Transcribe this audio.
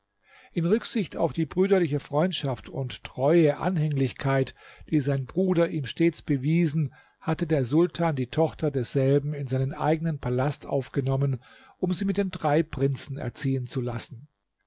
in rücksicht auf die brüderliche freundschaft und treue anhänglichkeit die sein bruder ihm stets bewiesen hatte der sultan die tochter desselben in seinen eigenen palast aufgenommen um sie mit den drei prinzen erziehen zu lassen